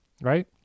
right